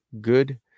good